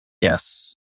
Yes